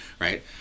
right